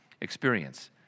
experience